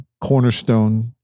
cornerstone